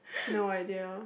no idea